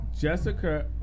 Jessica